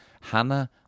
Hannah